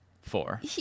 four